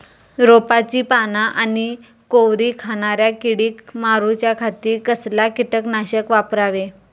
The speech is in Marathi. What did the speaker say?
रोपाची पाना आनी कोवरी खाणाऱ्या किडीक मारूच्या खाती कसला किटकनाशक वापरावे?